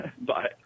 Bye